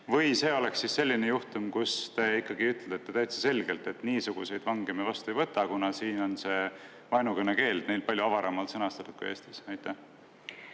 Või see oleks selline juhtum, kus te ikkagi ütlete täitsa selgelt, et niisuguseid vange me vastu ei võta, kuna see vaenukõnekeeld on neil palju avaramalt sõnastatud kui Eestis? Aitäh!